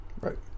Right